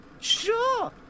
Sure